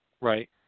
right